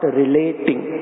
relating